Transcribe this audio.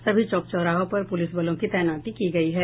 सभी चौक चौराहों पर पुलिस बलों की तैनाती की गयी है